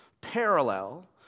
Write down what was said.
parallel